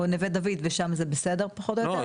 נווה דויד ושם זה בסדר, פחות או יותר.